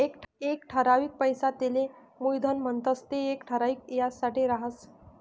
एक ठरावीक पैसा तेले मुयधन म्हणतंस ते येक ठराविक याजसाठे राहस